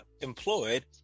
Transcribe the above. employed